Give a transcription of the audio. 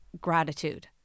gratitude